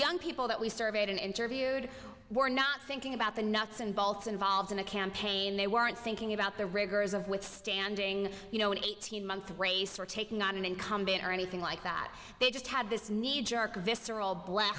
young people that we surveyed and interviewed were not thinking about the nuts and bolts involved in a campaign they weren't thinking about the rigors of withstanding you know an eighteen month race or taking on an incumbent or anything like that they just have this need jerk visceral black